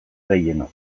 gehienok